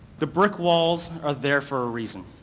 the brick walls are there for a reason.